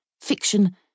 Fiction